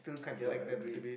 yup I agree